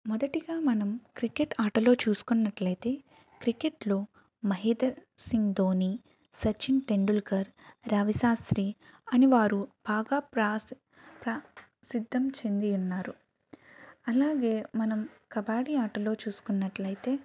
మొదటిగా మనం క్రికెట్ ఆటలో చూసుకున్నట్లయితే క్రికెట్లో మహిధర్సింగ్ధోని సచిన్ టెండుల్కర్ రవి శాస్త్రి అని వారు బాగాప్రా ప్రా సిద్ధం చెంది ఉన్నారు అలాగే మనం కబాడీ ఆటలో చూస్కున్నట్లయితే